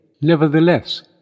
Nevertheless